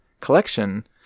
collection